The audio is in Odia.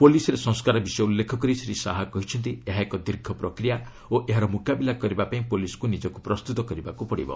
ପୁଲିସରେ ସଂସ୍କାର ବିଷୟ ଉଲ୍ଲେଖ କରି ଶ୍ରୀ ଶାହା କହିଛନ୍ତି ଏହା ଏକ ଦୀର୍ଘ ପ୍ରକ୍ରିୟା ଓ ଏହାର ମୁକାବିଲା କରିବା ପାଇଁ ପୁଲିସକୁ ନିଜକୁ ପ୍ରସ୍ତୁତ କରିବାକୁ ପଡିବ